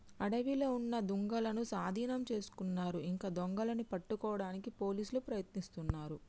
అడవిలో ఉన్న దుంగలనూ సాధీనం చేసుకున్నారు ఇంకా దొంగలని పట్టుకోడానికి పోలీసులు ప్రయత్నిస్తున్నారు